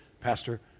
pastor